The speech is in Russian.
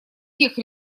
тех